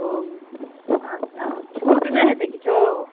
ओ छुट नहि हेतै किछो